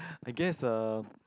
I guess uh